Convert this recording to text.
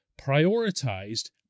prioritized